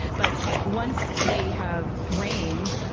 but once they have rain